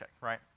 right